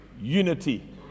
unity